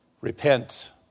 repent